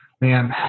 man